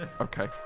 Okay